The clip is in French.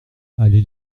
allée